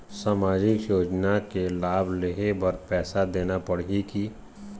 सामाजिक योजना के लाभ लेहे बर पैसा देना पड़ही की?